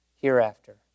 hereafter